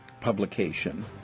publication